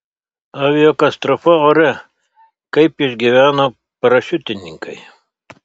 aviakatastrofa ore kaip išgyveno parašiutininkai